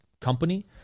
company